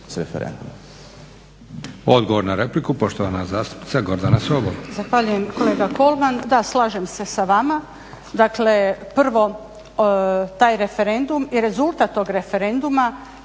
Odgovor na repliku poštovan zastupnica Gordana Sobol